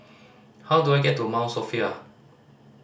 how do I get to Mount Sophia